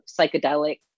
psychedelic